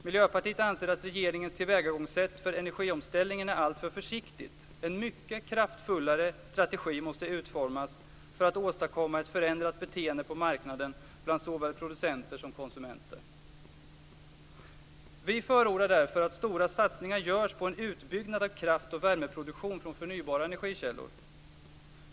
Miljöpartiet anser att regeringens tillvägagångssätt för energiomställningen är alltför försiktigt. En mycket kraftfullare strategi måste utformas för att åstadkomma ett förändrat beteende på marknaden bland såväl producenter som konsumenter. Vi förordar därför att stora satsningar görs på en utbyggnad av kraft och värmeproduktion från förnybara energikällor.